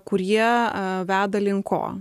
kurie veda link ko